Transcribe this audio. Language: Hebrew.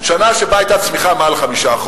שנה שבה היתה צמיחה מעל 5%,